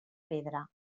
pedra